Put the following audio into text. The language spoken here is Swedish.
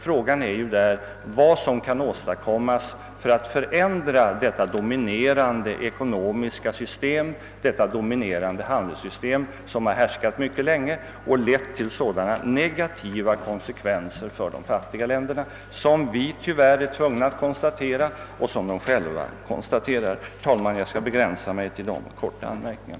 Frågan är vad som kan åstadkommas för att ändra detta dominerande ekonomiska system, detta dominerande handelssystem som har härskat mycket länge och lett till sådana negativa konsekvenser för de fattiga länderna, som vi tyvärr är tvungna att konstatera och som de själva konstaterar. Herr talman! Jag skall begränsa mig till dessa anmärkningar.